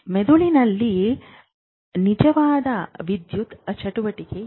ಮೆದುಳಿನಲ್ಲಿ ನಿಜವಾದ ವಿದ್ಯುತ್ ಚಟುವಟಿಕೆ ಏನು